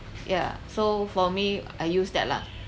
yeah so for me I use that lah